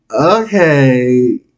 Okay